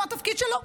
מעצם התפקיד שלו.